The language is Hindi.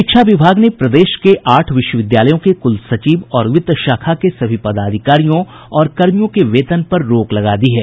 शिक्षा विभाग ने प्रदेश के आठ विश्वविद्यालयों के कूल सचिव और वित्त शाखा के सभी पदाधिकारियों और कर्मियों के वेतन पर रोक लगा दी है